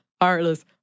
heartless